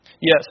yes